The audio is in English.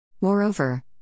Moreover